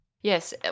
Yes